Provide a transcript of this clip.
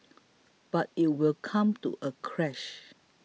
but it will come to a crash